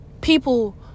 People